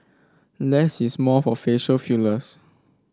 less is more for facial fillers